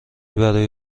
برای